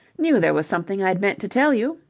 knew there was something i'd meant to tell you,